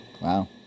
Wow